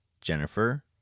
Jennifer